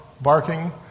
barking